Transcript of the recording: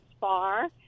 far